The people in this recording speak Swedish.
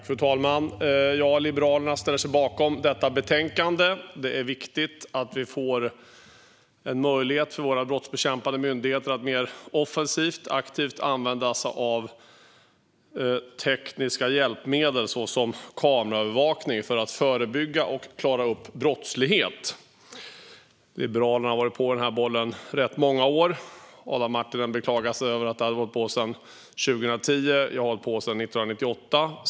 Fru talman! Jag och Liberalerna ställer oss bakom detta betänkande. Det är viktigt att vi får en möjlighet för våra brottsbekämpande myndigheter att mer offensivt och aktivt använda sig av tekniska hjälpmedel såsom kameraövervakning för att förebygga och klara upp brottslighet. Liberalerna har varit på den bollen rätt många år. Adam Marttinen beklagade sig över att man hade hållit på sedan 2010. Jag har hållit på sedan 1998.